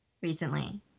recently